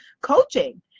coaching